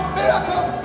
miracles